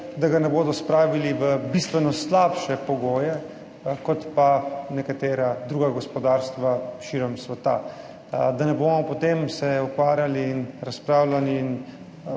da ga ne bodo spravili v bistveno slabše pogoje kot pa nekatera druga gospodarstva širom sveta. Da se ne bomo potem ukvarjali in razpravljali in